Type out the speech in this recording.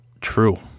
true